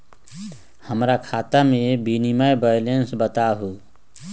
हमरा खाता में मिनिमम बैलेंस बताहु?